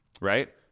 right